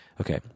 Okay